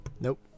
Nope